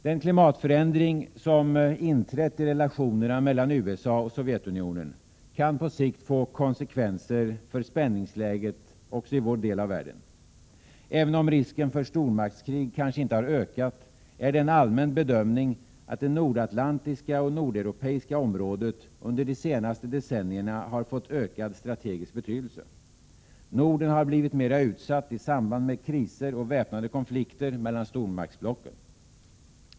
Den klimatförändring som har inträtt i relationerna mellan USA och Sovjetunionen kan på sikt få konsekvenser för spänningsläget också i vår del av världen. Även om risken för stormaktskrig kanske inte har ökat, är det en allmän bedömning att det nordatlantiska och nordeuropeiska området under de senaste decennierna har fått ökad strategisk betydelse. Norden har blivit mer utsatt i samband med kriser och väpnade konflikter mellan stormaktsblocken.